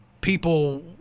people